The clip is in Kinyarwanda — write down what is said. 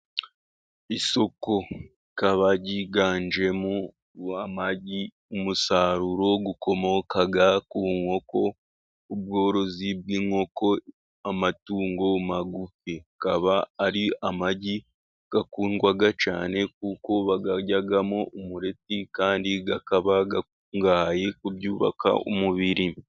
Isoko rikaba ryiganjemo amagi, umusaruro ukomoka ku nkoko ubworozi bw'inkoko amatungo magufi. Akaba ari amagi akundwa cyane kuko bayaryamo umureti kandi akaba akungahaye ku byubaka umubiri.